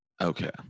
okay